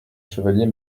chevalier